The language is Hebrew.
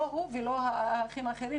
לא הוא ולא האחים האחרים,